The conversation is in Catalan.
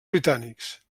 britànics